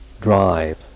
drive